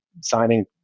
signing